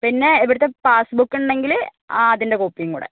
പിന്നെ ഇവിടുത്തെ പാസ്ബുക്ക് ഉണ്ടെങ്കിൽ ആ അതിൻ്റെ കോപ്പിയും കൂടി